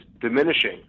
diminishing